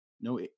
no